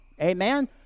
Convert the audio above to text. Amen